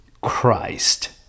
christ